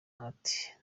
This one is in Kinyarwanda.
ati